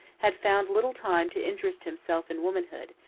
had found little time to interest himself in womanhood,